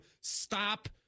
Stop